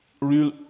real